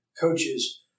coaches